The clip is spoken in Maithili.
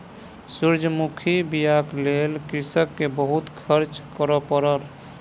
सूरजमुखी बीयाक लेल कृषक के बहुत खर्च करअ पड़ल